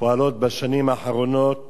שפועלות בשנים האחרונות